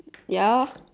ya